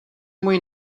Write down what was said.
můj